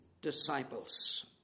disciples